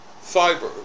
fiber